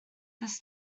this